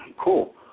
Cool